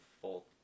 full